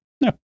No